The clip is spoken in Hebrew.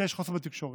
כשיש חוסר בתקשורת.